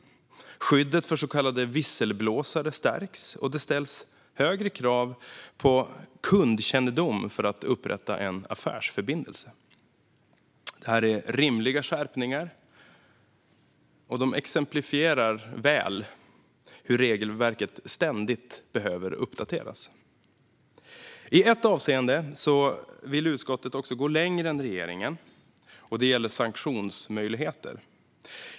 Skyddet för så kallade visselblåsare stärks, och det ställs högre krav på kundkännedom för att upprätta en affärsförbindelse. Det här är rimliga skärpningar, och de exemplifierar väl hur regelverket ständigt behöver uppdateras. I ett avseende vill utskottet gå längre än regeringen. Det gäller sanktionsmöjligheter.